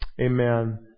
Amen